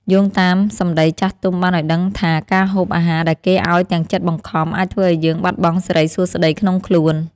យោងតាមសម្តីចាស់ទុំបានឱ្យដឹងថាការហូបអាហារដែលគេឱ្យទាំងចិត្តបង្ខំអាចធ្វើឱ្យយើងបាត់បង់សិរីសួស្តីក្នុងខ្លួន។